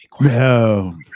No